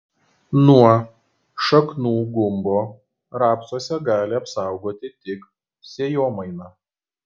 nuo šaknų gumbo rapsuose gali apsaugoti tik sėjomaina